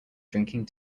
drinking